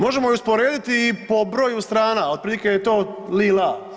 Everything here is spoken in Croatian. Možemo ju usporediti i po broju strana, otprilike je to li-la.